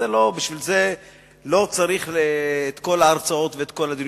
בשביל זה לא צריך את כל ההרצאות וכל הדיונים.